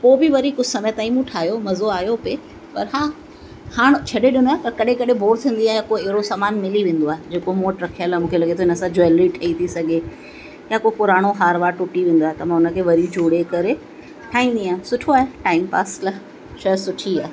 पोइ बि वरी कुझु समय ताईं मूं ठाहियो मज़ो आहियो पे पर हा हाण छॾे ॾिनो आहे पर कॾहिं कॾहिं बोर थींदी आहियां को अहिड़ो सामान मिली वेंदो आहे जेको मूं वटि रखियलु आहे मूंखे लॻे थो इन सां ज्वेलरी ठहे थी सघे या को पुराणो हार वार टुटी वेंदो आहे त मां उन खे वरी जोड़े करे ठाहींदी आहियां सुठो आहे टाइमपास लाइ शइ सुठी आहे